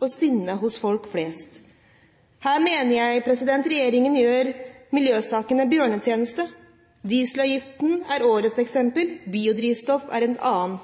og sinne hos folk flest. Her mener jeg regjeringen gjør miljøsaken en bjørnetjeneste. Dieselavgiften er årets eksempel, biodrivstoff er et annet.